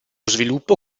sviluppo